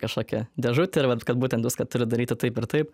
kažkokią dėžutę ir vat kad būtent viską turi daryti taip ir taip